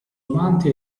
avanti